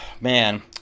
man